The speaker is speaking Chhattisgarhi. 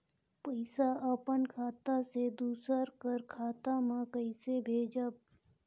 पइसा अपन खाता से दूसर कर खाता म कइसे भेजब?